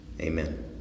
Amen